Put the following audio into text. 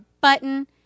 button